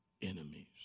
enemies